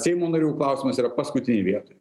seimo narių klausimas yra paskutinėj vietoj